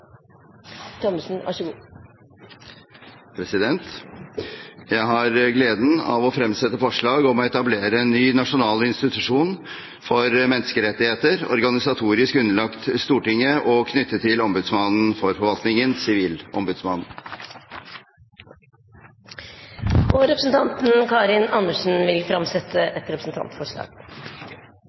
Thommessen vil framsette et representantforslag. Jeg har gleden av å fremsette forslag om å etablere en ny nasjonal institusjon for menneskerettigheter, organisatorisk underlagt Stortinget og knyttet til ombudsmannen for forvaltningen, Sivilombudsmannen. Representanten Karin Andersen vil framsette et representantforslag.